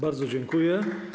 Bardzo dziękuję.